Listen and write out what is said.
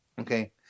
Okay